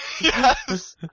yes